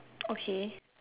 okay